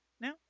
now